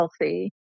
healthy